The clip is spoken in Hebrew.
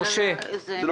זה כסף של החוגים.